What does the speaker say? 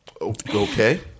Okay